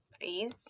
please